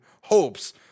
hopes